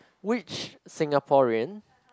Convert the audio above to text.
which Singaporean